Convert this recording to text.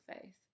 faith